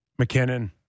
McKinnon